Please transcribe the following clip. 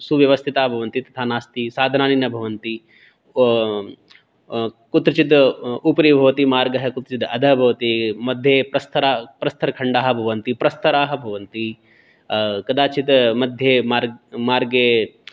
सुव्यवस्थिताः भवन्ति तथा नास्ति साधनानि न भवन्ति कुत्रचित् उपरि भवति मार्गः कुत्रचित् अधः भवति मध्ये प्रस्थरा प्रस्थरखण्डाः भवन्ति प्रस्तराः भवन्ति कदाचित् मध्ये मा मार्गे